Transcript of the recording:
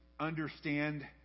understand